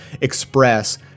express